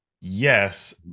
yes